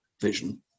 vision